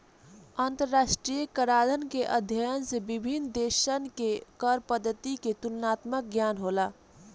अंतरराष्ट्रीय कराधान के अध्ययन से विभिन्न देशसन के कर पद्धति के तुलनात्मक ज्ञान होला